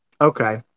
okay